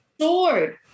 sword